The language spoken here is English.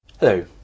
Hello